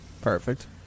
Perfect